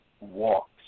walks